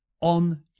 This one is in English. on